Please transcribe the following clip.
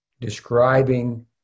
describing